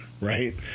right